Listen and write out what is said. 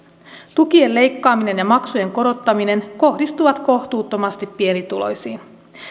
tukien leikkaaminen ja maksujen korottaminen kohdistuvat kohtuuttomasti pienituloisiin